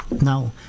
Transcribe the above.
now